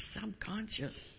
subconscious